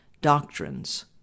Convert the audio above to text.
doctrines